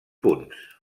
punts